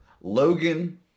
Logan